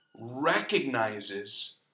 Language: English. recognizes